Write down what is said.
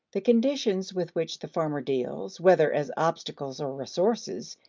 the conditions with which the farmer deals, whether as obstacles or resources,